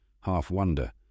half-wonder